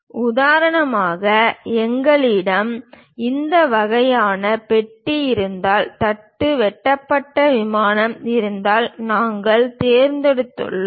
உதாரணமாக எங்களிடம் இந்த வகையான பெட்டி இருந்தால் தடு வெட்டப்பட்ட விமானம் இருந்தால் நாங்கள் தேர்ந்தெடுத்துள்ளோம்